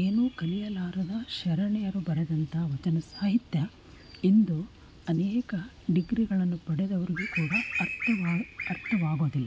ಏನೂ ಕಲಿಯಲಾರದ ಶರಣೆಯರು ಬರೆದಂತಹ ವಚನ ಸಾಹಿತ್ಯ ಇಂದು ಅನೇಕ ಡಿಗ್ರಿಗಳನ್ನು ಪಡೆದವರಿಗು ಕೂಡ ಅರ್ಥವಾ ಅರ್ಥವಾಗೊದಿಲ್ಲ